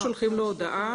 רק שולחים לו הודעה.